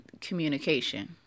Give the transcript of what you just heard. communication